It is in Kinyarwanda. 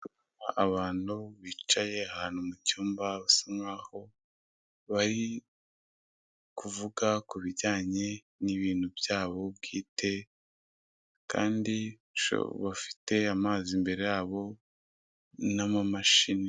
Abantu bicaye ahantu mu cyumba, basa nk'aho bari kuvuga ku bijyanye n'ibintu byabo bwite kandi bafite amazi imbere yabo n'amamashini.